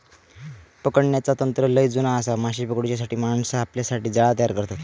पकडण्याचा तंत्र लय जुना आसा, माशे पकडूच्यासाठी माणसा आपल्यासाठी जाळा तयार करतत